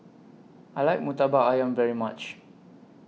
I like Murtabak Ayam very much